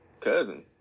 Cousin